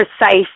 precise